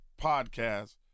podcast